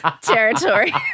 territory